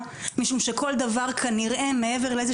הם פשוט מחרימים את הוועדה משום שכל דבר כנראה מעבר לאיזה